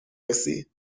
رسی